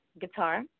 guitar